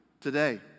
today